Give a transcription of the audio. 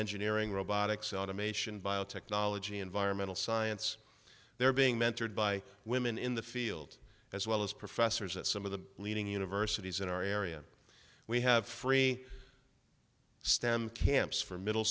engineering robotics automation biotechnology environmental science they're being mentored by women in the field as well as professors at some of the leading universities in our area we have free stem camps for middle